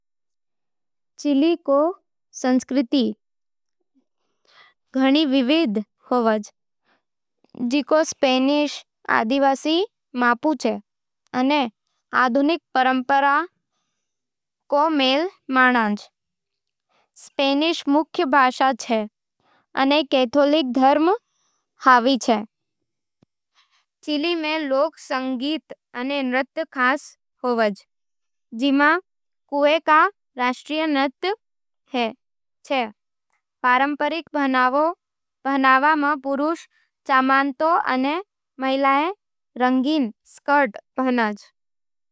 चिली रो संस्कृति घणी विविध होव, जिको स्पेनिश, आदिवासी मापुचे अने आधुनिक परंपरावां को मएल मानांझ। स्पेनिश मुख्य भाषा होवे, अने कैथोलिक धर्म हावी छे। चिली में लोकसंगीत अने नृत्य खास होवे, जिमें कुएका राष्ट्रीय नृत्य है। पारंपरिक पहनावा में पुरुष चामांतो अने महिलाएं रंगीन स्कर् पहनज।